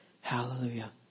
hallelujah